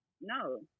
no